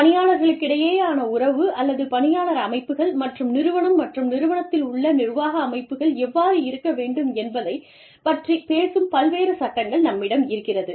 பணியாளர்களுக்கிடையேயான உறவு அல்லது பணியாளர் அமைப்புகள் மற்றும் நிறுவனம் மற்றும் நிறுவனத்தில் உள்ள நிர்வாக அமைப்புகள் எவ்வாறு இருக்க வேண்டும் என்பதைப் பற்றிப் பேசும் பல்வேறு சட்டங்கள் நம்மிடம் இருக்கிறது